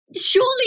Surely